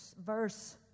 verse